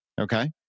Okay